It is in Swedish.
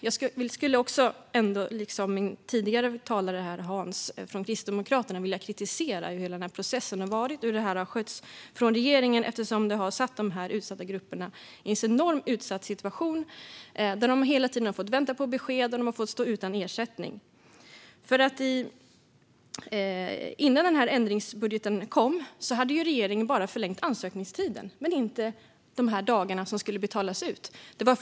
Jag vill dock som föregående talare, Hans Eklind från Kristdemokraterna, rikta kritik mot hur regeringen har skött hela processen. Det har ju försatt dessa utsatta grupper i en enormt utsatt situation. De har hela tiden fått vänta på besked, och de har fått stå utan ersättning. Innan denna ändringsbudget kom hade regeringen bara förlängt ansökningstiden men inte antalet dagar som skulle betalas ut.